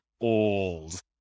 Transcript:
old